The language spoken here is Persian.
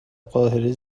قاهره